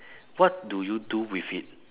what do you do with it